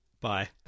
Bye